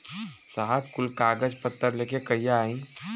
साहब कुल कागज पतर लेके कहिया आई?